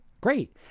great